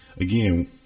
Again